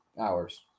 hours